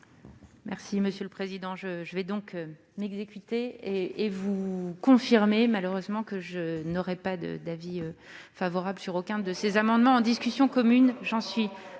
Monsieur le président, je vais donc m'exécuter et vous confirmer malheureusement que je ne donnerai un avis favorable sur aucun de ces amendements en discussion commune. J'en suis